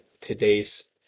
today's